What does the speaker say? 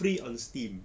free on steam